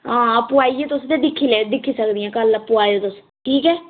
हां आपूं आइयै तुस ते दिक्खी दिक्खी सकदियां कल आपूं आएओ तुस ठीक ऐ